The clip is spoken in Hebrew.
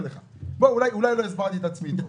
אולי לא הסברתי את עצמי.